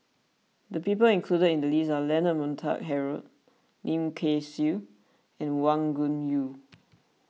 the people included in the list are Leonard Montague Harrod Lim Kay Siu and Wang Gungwu